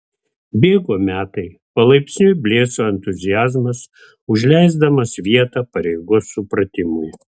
bėgo metai palaipsniui blėso entuziazmas užleisdamas vietą pareigos supratimui